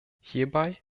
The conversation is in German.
hierbei